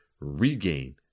regain